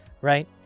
right